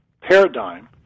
paradigm